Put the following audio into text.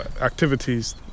activities